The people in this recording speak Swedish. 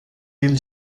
vill